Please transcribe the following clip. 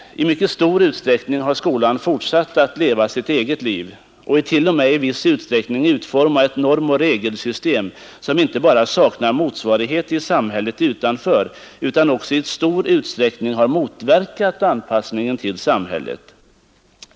I mycket stor utsträckning har skolan fortsatt att leva sitt eget liv och t.o.m. i viss utsträckning utforma ett norm och regelsystem som inte bara saknar motsvarighet i samhället utanför utan också i stor utsträckning har motverkat anpassningen till samhället.